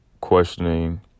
questioning